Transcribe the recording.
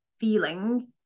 feeling